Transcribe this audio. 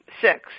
six